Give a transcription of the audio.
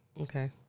Okay